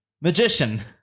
magician